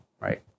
right